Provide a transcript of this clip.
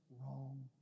wrong